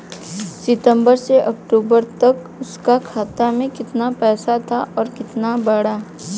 सितंबर से अक्टूबर तक उसका खाता में कीतना पेसा था और कीतना बड़ा?